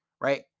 right